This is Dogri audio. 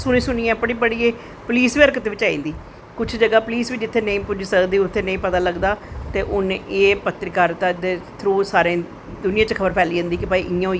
सुनी सुनियैं पढ़ी पढ़ियै पुलिस बी हरकत बिच्च आई जंदी कुश जगाह् पुलिस बी नेंई पुज्जी सकदी उत्थें नेंई पता लग्गदा ते हून पत्तरकारिता दे थ्रू एह् खबर पैली जंदी कि भाई इयां होईया